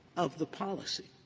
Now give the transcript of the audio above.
of the policy.